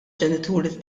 ġenituri